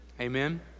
Amen